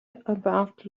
about